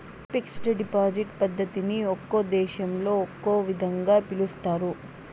fixed deposit పద్ధతిని ఒక్కో దేశంలో ఒక్కో విధంగా పిలుస్తారు